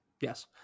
Yes